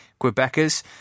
Quebecers